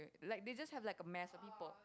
like they just have like a mass of people